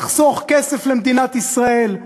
תחסוך כסף למדינת ישראל,